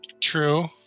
True